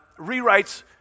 rewrites